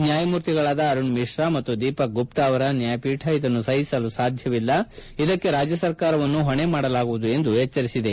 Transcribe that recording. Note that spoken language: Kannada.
ನ್ವಾಯಮೂರ್ತಿಗಳಾದ ಅರುಣ್ ಮಿಶ್ರಾ ಮತ್ತು ದೀಪಕ್ ಗುಪ್ತಾ ಅವರ ನ್ಯಾಯಪೀಠ ಇದನ್ನು ಸಹಿಸಲು ಸಾಧ್ಯವಿಲ್ಲ ಇದಕ್ಕೆ ರಾಜ್ಯ ಸರ್ಕಾರವನ್ನು ಹೊಣೆ ಮಾಡಲಾಗುವುದು ಎಂದು ಎಚ್ಚರಿಸಿದೆ